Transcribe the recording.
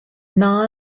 han